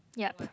yup